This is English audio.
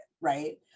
Right